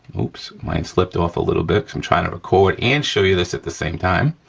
oops mine slipped off a little bit cause i'm trying to record and show you this at the same time.